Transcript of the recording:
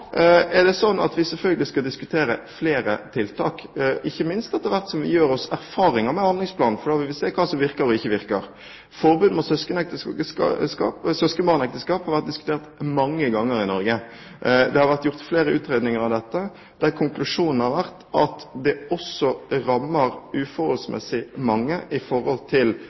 vi selvfølgelig diskutere flere tiltak, ikke minst etter hvert som vi gjør oss erfaringer med handlingsplanen, for da vil vi se hva som virker og ikke virker. Forbud mot søskenbarnekteskap har vært diskutert mange ganger i Norge. Det har vært gjort flere utredninger av dette, der konklusjonen har vært at det også rammer uforholdsmessig mange i forhold til